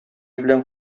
белән